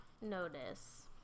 notice